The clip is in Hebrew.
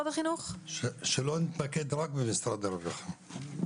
שלא נתמקד רק במשרד הרווחה.